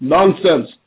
Nonsense